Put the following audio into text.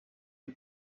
del